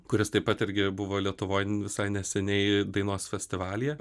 kuris taip pat irgi buvo lietuvoj visai neseniai dainos festivalyje